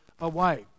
away